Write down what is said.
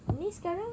ni sekarang